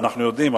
אנחנו יודעים,